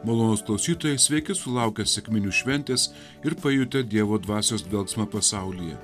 malonūs klausytojai sveiki sulaukę sekminių šventės ir pajutę dievo dvasios dvelksmą pasaulyje